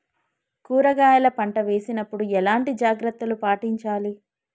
కూరగాయల పంట వేసినప్పుడు ఎలాంటి జాగ్రత్తలు పాటించాలి?